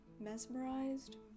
mesmerized